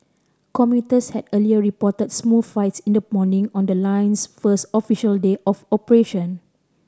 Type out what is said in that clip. commuters had earlier reported smooth rides in the morning on the line's first official day of operation